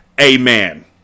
Amen